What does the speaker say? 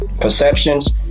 perceptions